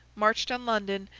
marched on london,